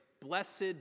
Blessed